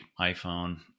iPhone